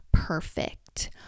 perfect